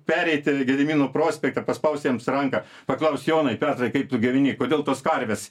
pereiti gedimino prospekte paspaust jiems ranką paklaus jonai petrai kaip tu gyveni kodėl tos karvės